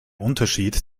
unterschied